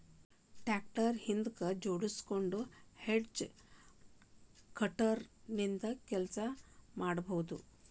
tractor ಹಿಂದಕ್ ಜೋಡ್ಸ್ಕೊಂಡು hedge cutter ನಿಂದ ಕೆಲಸ ಮಾಡ್ಬಹುದು